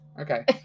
okay